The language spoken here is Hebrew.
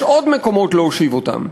יש עוד מקומות להושיב אותם.